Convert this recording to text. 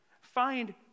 Find